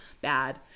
bad